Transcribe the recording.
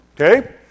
okay